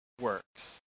works